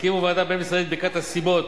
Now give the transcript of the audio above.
הקימו ועדה בין-משרדית לבדיקת הסיבות